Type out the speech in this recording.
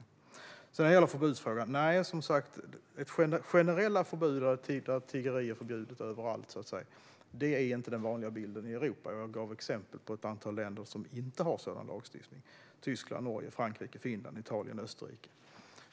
När det gäller förbudsfrågan är generella förbud mot tiggeri överallt inte den vanliga bilden i Europa, och jag gav exempel på ett antal länder som inte har sådan lagstiftning - Tyskland, Norge, Frankrike, Finland, Italien, Österrike.